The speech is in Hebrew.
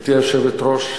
גברתי היושבת-ראש,